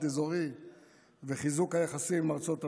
אזורי וחיזוק היחסים עם ארצות הברית.